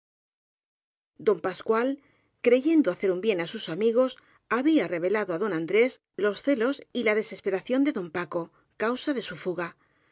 don pascual creyendo hacer un bien á sus amigos había revelado á don andrés los celos y la desesperación de don paco causa de su fuga